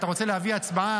אתה רוצה להביא הצבעה?